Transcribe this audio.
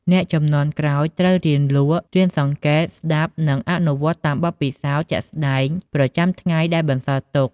អ្នកជំនាន់ក្រោយត្រូវរៀនលក់ រៀនសង្កេត ស្តាប់ និងអនុវត្តតាមបទពិសោធន៍ជាក់ស្ដែងប្រចាំថ្ងៃដែលបន្សល់ទុក។